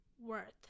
worth